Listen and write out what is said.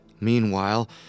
Meanwhile